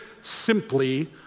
simply